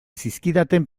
zizkidaten